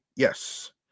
Yes